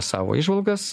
savo įžvalgas